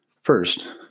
First